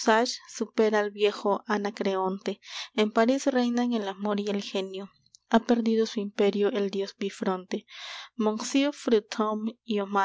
supera al viejo anacreonte en parís reinan el amor y el genio ha perdido su imperio el dios bifronte monsieur